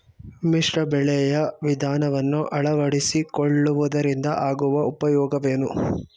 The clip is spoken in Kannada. ಮಿಶ್ರ ಬೆಳೆಯ ವಿಧಾನವನ್ನು ಆಳವಡಿಸಿಕೊಳ್ಳುವುದರಿಂದ ಆಗುವ ಉಪಯೋಗವೇನು?